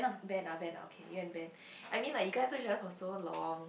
Ben ah Ben ah okay you and Ben I mean like you guys know each other for so long